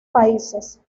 países